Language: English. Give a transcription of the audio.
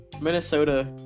Minnesota